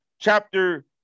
Chapter